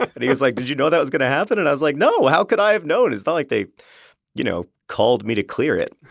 he was like, did you know that was going to happen? and i was like, no! how could i have known? it's not like they you know called me to clear it.